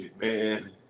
man